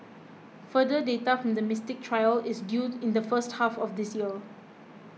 further data from the Mystic trial is due in the first half of this year